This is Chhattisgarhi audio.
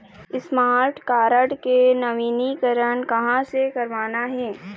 स्मार्ट कारड के नवीनीकरण कहां से करवाना हे?